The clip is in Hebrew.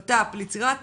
בט"פ, ליצירת